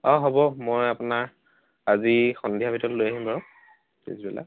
অঁ হ'ব মই আপোনাৰ আজি সন্ধিয়াৰ ভিতৰত লৈ আহিম বাৰু পিছবেলা